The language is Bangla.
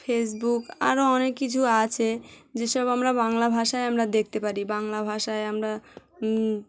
ফেসবুক আরও অনেক কিছু আছে যেসব আমরা বাংলা ভাষায় আমরা দেখতে পারি বাংলা ভাষায় আমরা